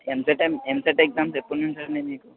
EAMCET EAMCET exams ఎప్పటినుంచండి